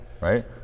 Right